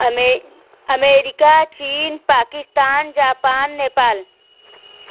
America चीन Pakistan Japan Nepal